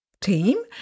team